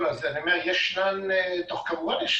מה התכנון שלכם לגבי הרחבת בתי מעצר כדי לענות